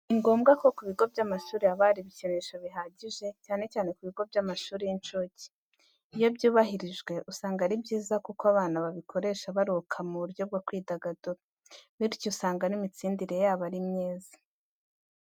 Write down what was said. Ni ngombwa ko ku bigo by'amashuri haba hari ibikinisho bihagije, cyane cyane ku bigo by'amashuri y'incuke. Iyo byubahirijwe usanga ari byiza kuko abana babikoresha baruhuka mu buryo bwo kwidagadura. Bityo usanga n'imitsindire yabo ari myiza.